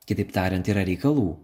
kitaip tariant yra reikalų